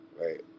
right